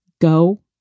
Go